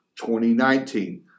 2019